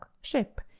ship